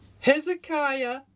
Hezekiah